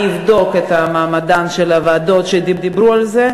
אני אבדוק את מעמדן של הוועדות שדיברו על זה,